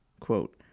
quote